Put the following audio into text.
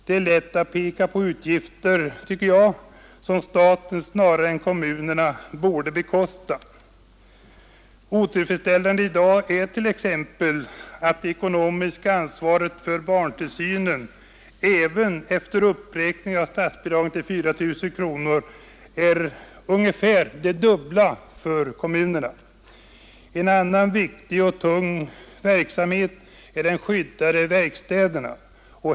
Det är enligt min mening lätt att peka på uppgifter som staten snarare än kommunerna borde bekosta. Otillfredsställande i dag är t.ex. det ekonomiska ansvaret för barntillsynen. Även efter uppräkningen av statsbidragen till 4 000 kronor är den kommunala kostnadsandelen omkring dubbelt så stor som den statliga. En annan viktig och ekonomiskt tung verksamhet är de skyddade verkstäderna.